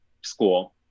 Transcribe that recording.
school